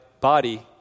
body